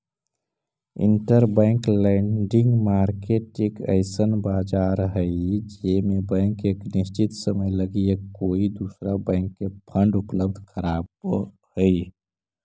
interbank lending market एक अइसन बाजार हई जे में बैंक एक निश्चित समय लगी एक कोई दूसरा बैंक के फंड उपलब्ध कराव हई